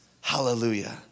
Hallelujah